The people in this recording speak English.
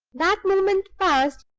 that moment past,